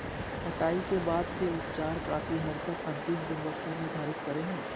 कटाई के बाद के उपचार काफी हद तक अंतिम गुणवत्ता निर्धारित करो हइ